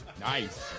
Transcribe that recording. Nice